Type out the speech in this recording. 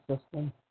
system